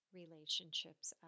relationships